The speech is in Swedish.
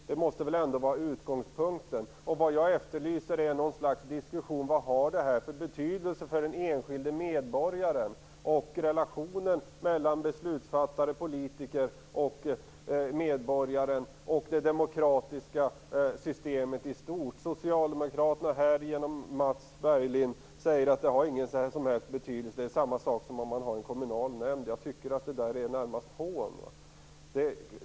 Det måste väl ändå vara utgångspunkten? Jag efterlyser en diskussion om vad detta har för betydelse för den enskilde medborgaren, för relationen mellan beslutsfattare, politiker och medborgare och för det demokratiska systemet i stort. Socialdemokraterna, här genom Mats Berglind, säger att det inte har någon som helst betydelse och att det är samma sak som om man har en kommunal nämnd. Detta är närmast ett hån.